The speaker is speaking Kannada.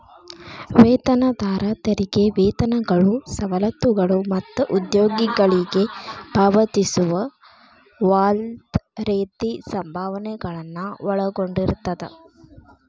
ವೇತನದಾರ ತೆರಿಗೆ ವೇತನಗಳು ಸವಲತ್ತುಗಳು ಮತ್ತ ಉದ್ಯೋಗಿಗಳಿಗೆ ಪಾವತಿಸುವ ಯಾವ್ದ್ ರೇತಿ ಸಂಭಾವನೆಗಳನ್ನ ಒಳಗೊಂಡಿರ್ತದ